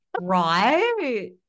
Right